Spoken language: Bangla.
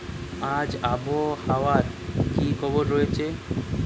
আজ আবহাওয়ার কি খবর রয়েছে?